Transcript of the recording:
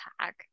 tag